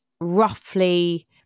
roughly